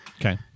Okay